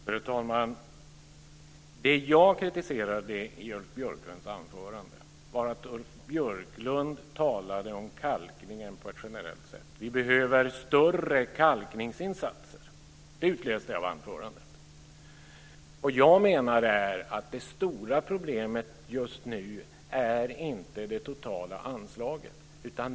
Fru talman! Det jag kritiserade i Ulf Björklunds anförande var att Ulf Björklund talade om kalkningen på ett generellt sätt. Vi behöver större kalkningsinsatser - det utläste jag av anförandet. Vad jag menar är att det stora problemet just nu inte är det totala anslaget.